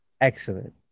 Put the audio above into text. excellent